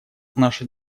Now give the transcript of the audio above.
наша